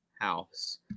house